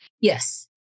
Yes